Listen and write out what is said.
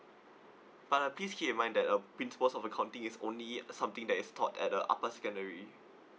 but uh please keep in mind that uh principles of accounting is only something that is taught at uh upper secondary